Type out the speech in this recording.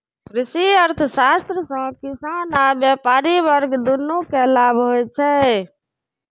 कृषि अर्थशास्त्र सं किसान आ व्यापारी वर्ग, दुनू कें लाभ होइ छै